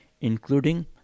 including